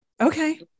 Okay